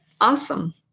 awesome